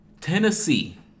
Tennessee